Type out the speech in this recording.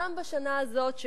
גם בשנה הזאת,